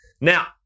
Now